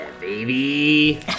baby